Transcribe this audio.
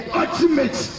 ultimate